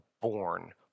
born